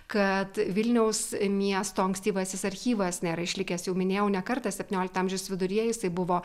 kad vilniaus miesto ankstyvasis archyvas nėra išlikęs jau minėjau ne kartą septyniolikto amžiaus viduryje jisai buvo